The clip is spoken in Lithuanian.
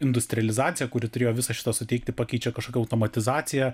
industrializaciją kuri turėjo visą šitą suteikti pakeičia kažkokia automatizacija